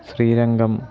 Srirangam